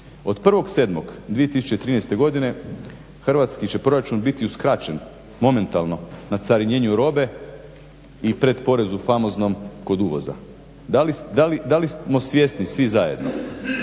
od 1.07.2013. godine hrvatski će proračun biti uskraćen momentalno na carinjenju robe i pretporezu famoznom kod uvoza. Da li smo svjesni svi zajedno